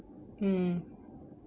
mm